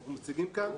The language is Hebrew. אנחנו מציגים כאן